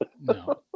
no